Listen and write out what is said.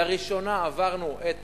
לראשונה עברנו את